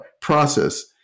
process